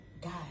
God